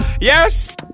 Yes